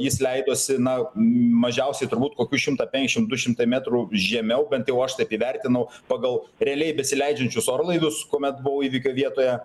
jis leidosi na mažiausiai turbūt kokius šimtą penkiašim du šimtai metrų žemiau bent jau aš taip įvertinau pagal realiai besileidžiančius orlaivius kuomet buvau įvykio vietoje